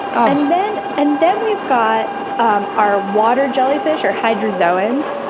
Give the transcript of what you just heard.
and then and then we've got um our water jellyfish, or hydrozoans.